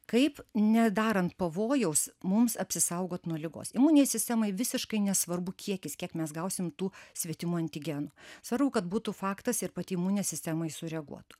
kaip nedarant pavojaus mums apsisaugot nuo ligos imuninei sistemai visiškai nesvarbu kiekis kiek mes gausim tų svetimų antigenų svarbu kad būtų faktas ir pati imuninė sistema sureaguotų